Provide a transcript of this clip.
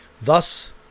thus